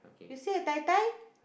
you say tie tie